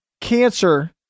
cancer